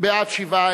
מס' 17)